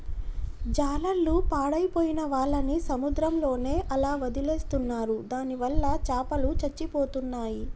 జాలర్లు పాడైపోయిన వాళ్ళని సముద్రంలోనే అలా వదిలేస్తున్నారు దానివల్ల చాపలు చచ్చిపోతున్నాయి